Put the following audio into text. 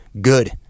good